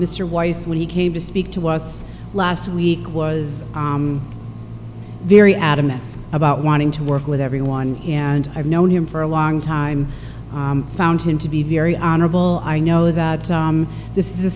mr weiss when he came to speak to us last week was very adamant about wanting to work with everyone and i've known him for a long time found him to be very honorable i know that this is a